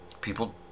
People